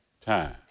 time